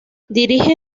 dirige